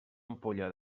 ampolla